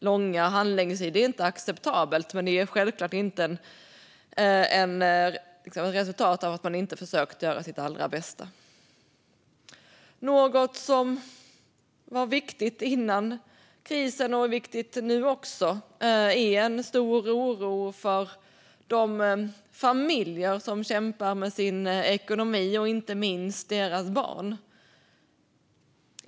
Långa handläggningstider är inte acceptabelt, men det är självklart inte ett resultat av att man inte har försökt att göra sitt allra bästa. Något som var viktigt före krisen och som är viktigt också nu är den stora oron för de familjer som kämpar med sin ekonomi. Inte minst gäller det deras barn.